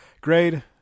Grade